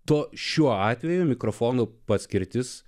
to šiuo atveju mikrofonų paskirtis